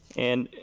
and,